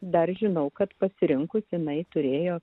dar žinau kad pasirinkus jinai turėjo